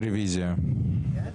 הצבעה בעד,